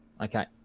Okay